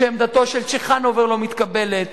שעמדתו של צ'חנובר לא מתקבלת,